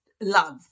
love